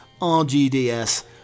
RGDS